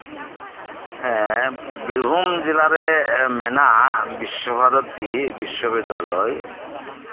ᱦᱮᱸ ᱵᱤᱨᱵᱷᱩᱢ ᱡᱮᱞᱟ ᱨᱮ ᱢᱮᱱᱟᱜ ᱵᱤᱥᱥᱚᱵᱷᱟᱨᱚᱛᱤ ᱵᱤᱥᱥᱤᱵᱤᱫᱽᱫᱟᱞᱚᱭ